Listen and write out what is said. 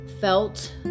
Felt